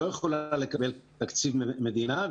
לא יכולה לקבל תקציב מדינה.